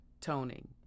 toning